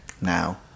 now